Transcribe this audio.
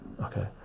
okay